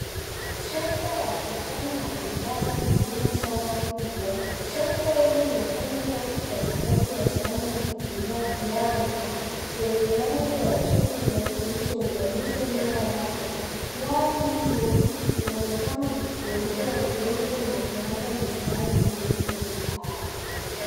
Trekta ya kijani na manjano likilima shamba kubwa trekta hilo linafanya kazi kati kati ya shamba likitumia plough chenye rangi ya chungwa kilichounganishwa nyuma yake plaough hiyo inaonekana ikigeuzwa udongo na kuacha mistari iliyolimwa nyuma yake.